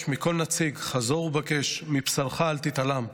מכל נציג חזור ובקש: מבשרך אל תתעלם,